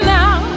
now